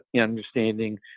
understanding